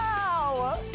oh,